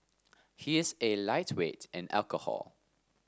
he is a lightweight in alcohol